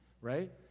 right